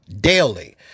daily